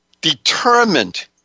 determined